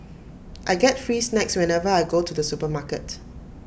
I get free snacks whenever I go to the supermarket